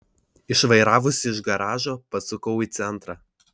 išvairavusi iš garažo pasukau į centrą